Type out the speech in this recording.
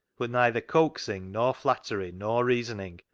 but neither coaxing, nor flattery, nor reasoning,